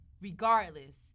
regardless